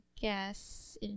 guess